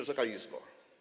Wysoka Izbo!